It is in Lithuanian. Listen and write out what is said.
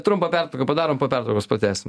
trumpą pertrauką padarom po pertraukos pratęsim